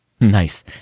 Nice